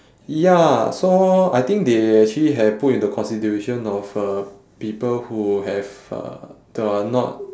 ya so I think they actually have put into consideration of uh people who have uh that are not